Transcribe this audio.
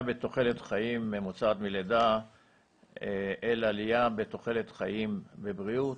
בתוחלת חיים ממוצעת מלידה אל עלייה בתוחלת חיים בבריאות,